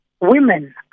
women